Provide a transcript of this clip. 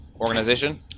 organization